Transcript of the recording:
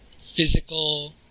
physical